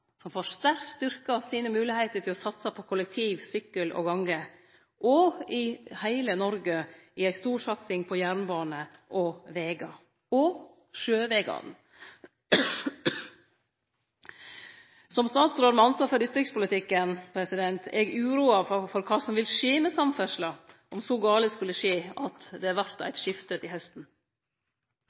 som får sterkt styrkt sine moglegheiter for å satse på kollektiv, sykkel og gange, og i heile Noreg i ei stor satsing på jernbane og vegar og sjøvegane. Som statsråd med ansvar for distriktspolitikken er eg uroa over kva som vil skje med samferdsla om så gale skulle skje at det vert eit skifte til hausten.